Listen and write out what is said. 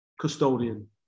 custodian